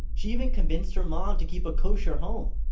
she even convinced her mom to keep a kosher home.